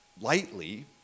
lightly